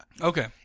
Okay